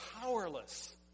powerless